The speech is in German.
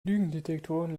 lügendetektoren